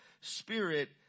spirit